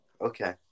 Okay